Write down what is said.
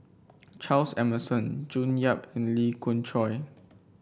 Charles Emmerson June Yap and Lee Khoon Choy